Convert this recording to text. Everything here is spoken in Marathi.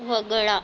वगळा